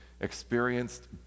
experienced